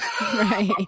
Right